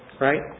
right